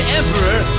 emperor